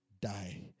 die